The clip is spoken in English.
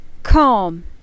calm